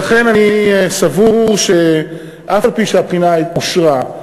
לכן אני סבור שאף-על-פי שהבחינה אושרה,